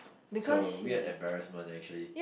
that's a weird embarrassment actually